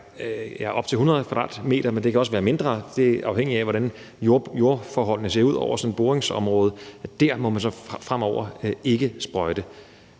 på op til 100 m², men det kan også være mindre, det er afhængigt af, hvordan jordforholdene på sådan et boringsområde ser ud – fremover ikke må sprøjte.